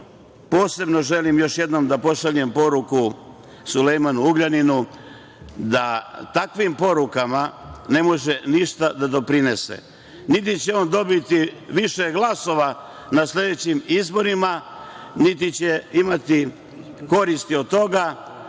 vlasti. Posebno želim još jednom da pošaljem poruku Sulejmanu Ugljaninu da takvim porukama ne može ništa da doprinese. Niti će on dobiti više glasova na sledećim izborima, niti će imati koristi od toga.